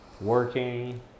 working